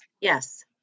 yes